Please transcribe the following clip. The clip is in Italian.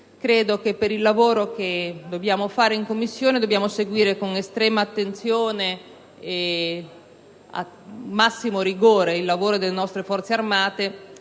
Credo che, per il lavoro che dobbiamo svolgere in Commissione, dobbiamo seguire con estrema attenzione e con il massimo rigore il lavoro delle nostre Forze armate.